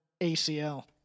ACL